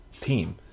team